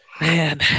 Man